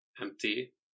empty